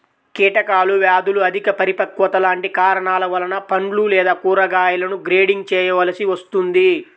కీటకాలు, వ్యాధులు, అధిక పరిపక్వత లాంటి కారణాల వలన పండ్లు లేదా కూరగాయలను గ్రేడింగ్ చేయవలసి వస్తుంది